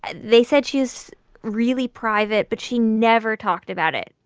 they said she's really private, but she never talked about it.